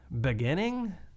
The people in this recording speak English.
beginning